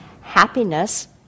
Happiness